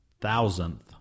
thousandth